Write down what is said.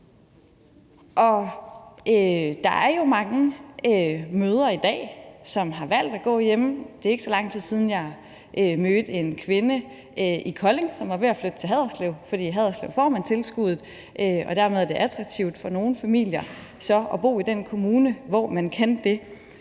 Der er jo mange mødre i dag, som har valgt at gå hjemme. Det er ikke, så lang tid siden jeg mødte en kvinde i Kolding, som var ved at flytte til Haderslev, for i Haderslev får man tilskuddet, og dermed er det attraktivt for nogle familier så at bo i den kommune, hvor man kan det,